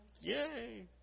Yay